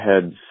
heads